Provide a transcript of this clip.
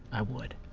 i would.